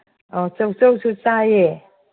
ꯑꯣ ꯆꯧ ꯆꯧꯁꯨ ꯆꯥꯏꯌꯦ